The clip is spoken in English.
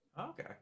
okay